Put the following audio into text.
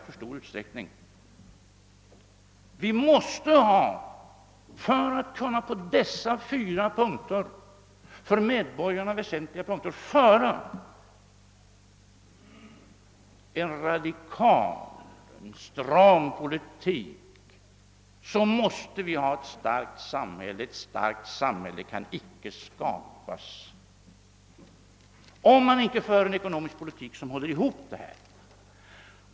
För att kunna föra en radikal och stram politik på dessa fyra för medborgarna väsentliga punkter måste vi ha ett starkt samhälle, och ett starkt samhälle kan icke skapas om man inte för en ekonomisk politik som liksom håller ihop detta.